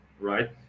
right